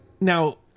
Now